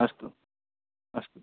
अस्तु अस्तु